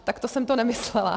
Takto jsem to nemyslela.